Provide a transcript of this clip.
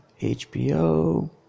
HBO